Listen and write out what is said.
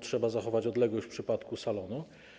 trzeba zachować odległość - w przypadku salonu.